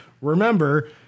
remember